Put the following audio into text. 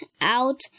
out